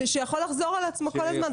שיכול לחזור על עצמו כל הזמן.